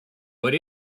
but